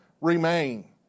remain